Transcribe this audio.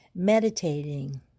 Meditating